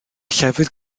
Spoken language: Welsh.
llefydd